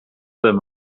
them